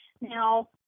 Now